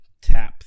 tap